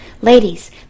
Ladies